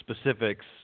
specifics